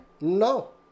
No